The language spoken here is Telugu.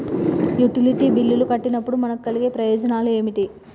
యుటిలిటీ బిల్లులు కట్టినప్పుడు మనకు కలిగే ప్రయోజనాలు ఏమిటి?